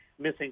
missing